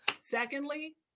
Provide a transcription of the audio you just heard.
Secondly